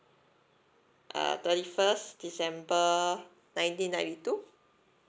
ah thirty first december nineteen ninety two